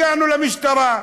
הגענו למשטרה.